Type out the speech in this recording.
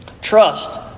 Trust